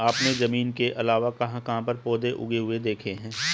आपने जमीन के अलावा कहाँ कहाँ पर पौधे उगे हुए देखे हैं?